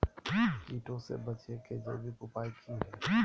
कीटों से बचे के जैविक उपाय की हैय?